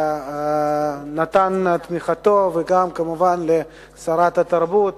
שנתן את תמיכתו, וגם, כמובן, לשרת התרבות,